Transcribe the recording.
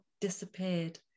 disappeared